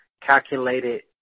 calculated